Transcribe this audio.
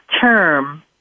term